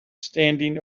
standing